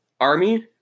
Army